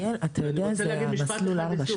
אני רוצה להגיד משפט אחד לסיום,